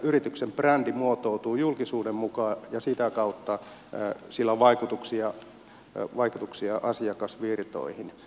yrityksen brändi muotoutuu julkisuuden mukaan ja sitä kautta sillä on vaikutuksia asiakasvirtoihin